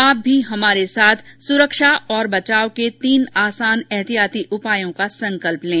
आप भी हमारे साथ सुरक्षा और बचाव के तीन आसान एहतियाती उपायों का संकल्प लें